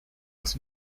was